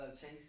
Chase